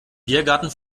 biergarten